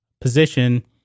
position